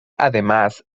además